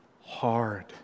hard